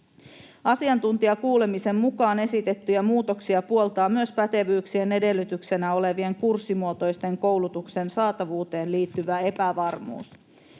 Asiantuntijakuulemisen mukaan esitettyjä muutoksia puoltaa myös pätevyyksien edellytyksenä olevien kurssimuotoisten koulutusten saatavuuteen liittyvä epävarmuus.